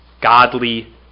godly